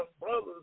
brothers